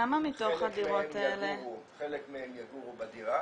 כמה מתוך הדירות האלה --- חלק מהם יגורו בדירה,